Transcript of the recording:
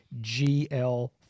GL